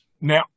Now